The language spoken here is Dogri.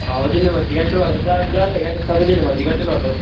आहो जिन्नें मरजी घैंटे अहें ज्हार ज्हार रुपया घैंटा तोह् जिन्नें मरजी घैंटै लोआई लैओ